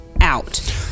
out